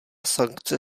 sankce